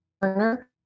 burner